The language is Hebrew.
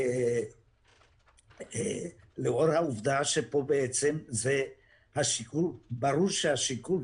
לאור העובדה שכאן ברור שהשיקול שהיה,